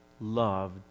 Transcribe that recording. loved